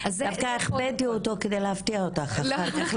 דווקא החבאתי אותו כדי להפתיע אותך אחר כך,